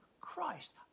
Christ